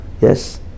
yes